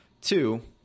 Two